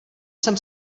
sem